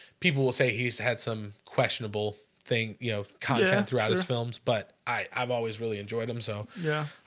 people will say he's had some questionable thing you know content throughout his films, but i-i've always really enjoyed them so yeah,